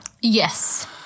Yes